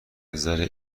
نظر